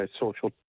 social